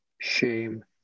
Shame